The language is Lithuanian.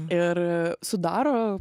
ir sudaro